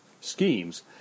schemes